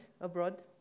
abroad